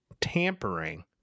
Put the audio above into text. tampering